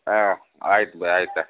ಹಾಂ ಆಯ್ತು ಬಿ ಆಯ್ತು